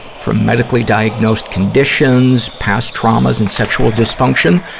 from medically-diagnosed conditions, past traumas and sexual dysfunction,